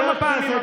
כמה פעמים,